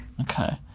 okay